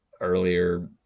earlier